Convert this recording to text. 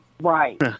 Right